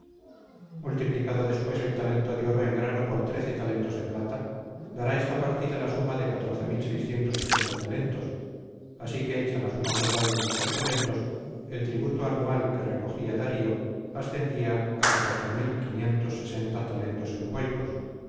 multiplicado después el talento de oro en grano por talentos de plata dará esta partida la suma de talentos así que hecha la suma total de dichos talentos el tributo anual que recogía darío ascendía a talentos euboicos